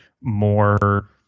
more